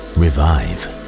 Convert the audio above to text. revive